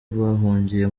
bahungiye